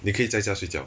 你可以在家睡觉